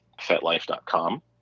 fetlife.com